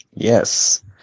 Yes